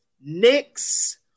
Knicks